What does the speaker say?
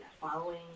following